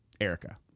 Erica